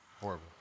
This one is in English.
Horrible